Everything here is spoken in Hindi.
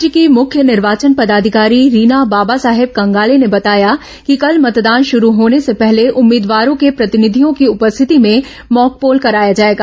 राज्य की मुख्य निर्वाचन पदाधिकारी रीना बाबा साहेब कंगाले ने बताया कि कल मतदान शुरू होने से पहले उम्मीदवारों के प्रतिनिधियों की उपस्थिति में मॉकपोल कराया जाएगा